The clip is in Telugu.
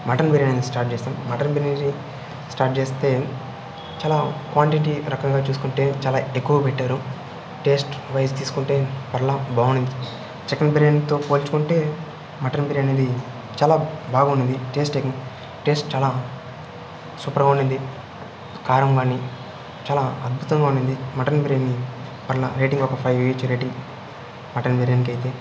మటన్ బిర్యానీ స్టార్ట్ చేశాం మటన్ బిర్యానీ స్టార్ట్ చేస్తే చాలా క్వాంటిటీ పరంగా చూసుకుంటే చాలా ఎక్కువ పెట్టారు టేస్ట్ వైస్ తీసుకుంటే పరల బాగునింది చికెన్ బిర్యానీతో పోల్చుకుంటే మటన్ బిర్యానీ అనేది చాలా బాగునింది టేస్ట్ అనేది టేస్ట్ చాలా సూపర్గా ఉనింది కారం కానీ చాలా అద్భుతంగా ఉనింది మటన్ బిర్యానీ పరల రేటింగ్ ఒక ఫైవ్ ఇవ్వచ్చు రేటింగ్ మటన్ బిర్యానీకి అయితే